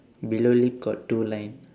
below lip got two line